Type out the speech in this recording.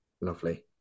lovely